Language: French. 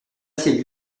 s’est